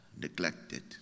neglected